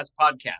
Podcast